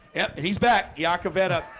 yeah he's back yakavetta